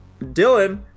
Dylan